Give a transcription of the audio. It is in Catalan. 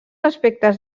aspectes